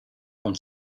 con